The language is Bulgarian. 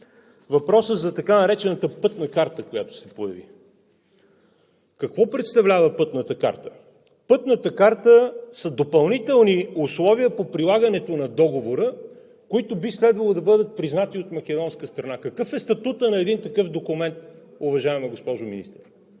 Въпросът за така наречената пътна карта, която се появи. Какво представлява пътната карта? Пътната карта са допълнителни условия по прилагането на Договора, които би следвало да бъдат признати от македонска страна. Какъв е статутът на един такъв документ, уважаема госпожо Министър?